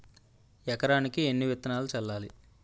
ఎకరానికి ఎన్ని విత్తనాలు చల్లాలి?